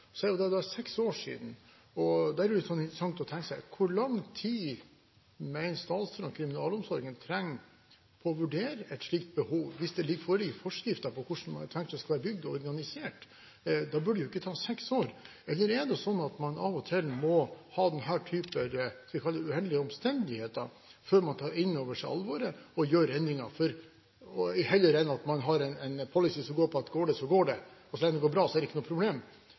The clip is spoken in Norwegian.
tenke seg: Hvor lang tid mener statsråden kriminalomsorgen trenger på å vurdere et slikt behov, hvis det foreligger forskrifter om hvordan det er tenkt at det skal være bygd og organisert? Det burde ikke ta seks år. Eller er det slik at man av og til må ha denne typen – la meg kalle det – uheldige omstendigheter før man tar inn over seg alvoret og gjør endringer, heller enn at man har en policy som går på at går det, så går det, og så lenge det går bra, er det ikke noe problem?